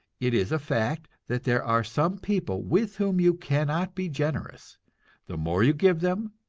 it is a fact that there are some people with whom you cannot be generous the more you give them,